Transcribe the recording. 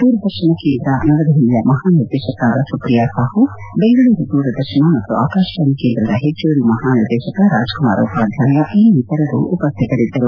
ದೂರದರ್ಶನ ಕೇಂದ್ರ ನವದೆಹಲಿಯ ಮಹಾ ನಿರ್ದೇಶಕರಾದ ಸುಪ್ರಿಯ ಸಾಹು ದೆಂಗಳೂರು ದೂರದರ್ಶನ ಮತ್ತು ಆಕಾಶವಾಣಿ ಕೇಂದ್ರದ ಹೆಚ್ಚುವರಿ ಮಹಾನಿರ್ದೇಶಕ ರಾಜಕುಮಾರ್ ಉಪಾಧ್ವಾಯ ಇನ್ನಿತರರು ಹಾಜರಿದ್ದರು